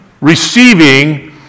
receiving